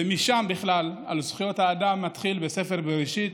ומשם בכלל זכויות האדם מתחילות, בספר בראשית,